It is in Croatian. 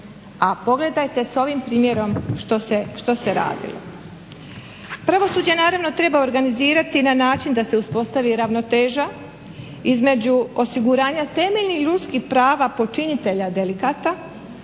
a pogledajte s ovim primjerom što se radilo. Pravosuđe naravno treba organizirati na način da se uspostavi ravnoteža između osiguranja temeljnih ljudskih prava počinitelja delikata